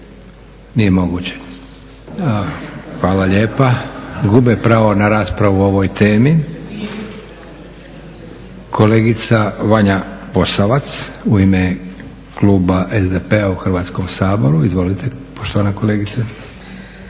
Nije moguće? Hvala lijepa. Gube pravo na raspravu o ovoj temi. Kolegica Vanja Posavac u ime kluba SDP-a u Hrvatskom saboru. Izvolite poštovana kolegice.